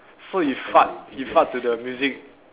so he fart he fart to the music